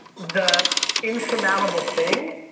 the insurmountable thing,